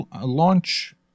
launch